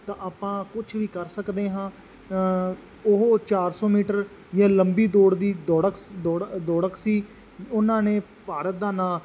ਤਾਂ ਆਪਾਂ ਕੁਛ ਵੀ ਕਰ ਸਕਦੇ ਹਾਂ ਉਹ ਚਾਰ ਸੌ ਮੀਟਰ ਜਾ ਲੰਬੀ ਦੌੜ ਦੀ ਦੌੜਸ ਦੌੜ ਦੌੜਕ ਸੀ ਉਹਨਾਂ ਨੇ ਭਾਰਤ ਦਾ ਨਾਂ